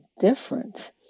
different